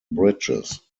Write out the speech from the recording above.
bridges